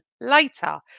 later